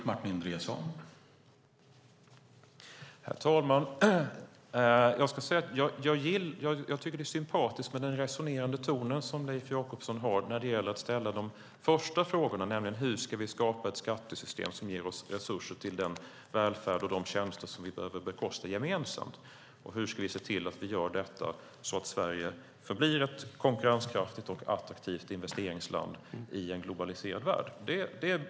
Herr talman! Jag tycker att det är sympatiskt med den resonerande tonen som Leif Jakobsson har när det gäller att ställa de första frågorna, nämligen: Hur ska vi skapa ett skattesystem som ger oss resurser till den välfärd och de tjänster som vi behöver bekosta gemensamt? Och hur ska vi se till att göra detta så att Sverige förblir ett konkurrenskraftigt och attraktivt investeringsland i en globaliserad värld?